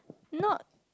not